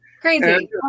Crazy